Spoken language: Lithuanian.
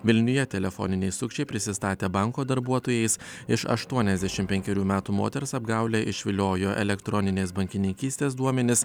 vilniuje telefoniniai sukčiai prisistatę banko darbuotojais iš aštuoniasdešim penkerių metų moters apgaule išviliojo elektroninės bankininkystės duomenis